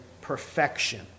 perfection